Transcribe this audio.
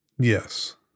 Yes